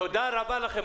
תודה רבה לכם.